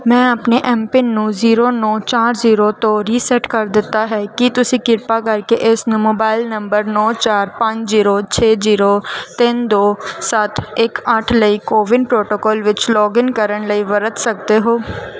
ਮੈਂ ਆਪਣੇ ਐੱਮਪਿੰਨ ਨੂੰ ਜ਼ੀਰੋ ਨੌਂ ਚਾਰ ਜ਼ੀਰੋ 'ਤੇ ਰੀਸੈਟ ਕਰ ਦਿੱਤਾ ਹੈ ਕੀ ਤੁਸੀਂ ਕਿਰਪਾ ਕਰਕੇ ਇਸ ਨੂੰ ਮੋਬਾਈਲ ਨੰਬਰ ਨੌਂ ਚਾਰ ਪੰਜ ਜ਼ੀਰੋ ਛੇ ਜ਼ੀਰੋ ਤਿੰਨ ਦੋ ਸੱਤ ਇੱਕ ਅੱਠ ਲਈ ਕੋਵਿਨ ਪ੍ਰੋਟੋਕੋਲ ਵਿੱਚ ਲੌਗਇਨ ਕਰਨ ਲਈ ਵਰਤ ਸਕਦੇ ਹੋ